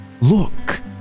Look